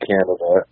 Canada